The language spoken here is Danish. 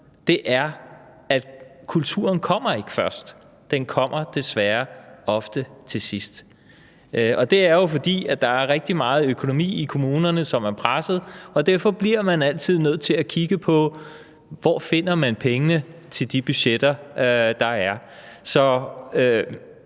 er, at kulturen ikke kommer først; den kommer desværre ofte til sidst. Det er jo, fordi der er rigtig meget økonomi i kommunerne, som er presset, og derfor bliver man altid nødt til at kigge på, hvor man finder pengene til de budgetter, der er.